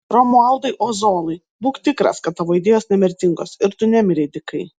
romualdai ozolai būk tikras kad tavo idėjos nemirtingos ir tu nemirei dykai